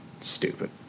Stupid